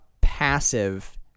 passive